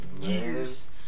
years